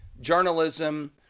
journalism